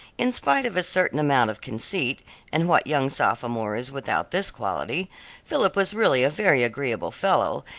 in spite of a certain amount of conceit and what young sophomore is without this quality philip was really a very agreeable fellow,